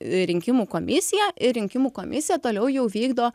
rinkimų komisiją ir rinkimų komisija toliau jau vykdo